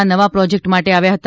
ના નવા પ્રોજેક્ટ માટે આવ્યા હતા